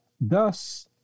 Thus